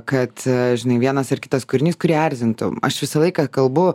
kad žinai vienas ar kitas kūrinys kurį erzintų aš visą laiką kalbu